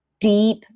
deep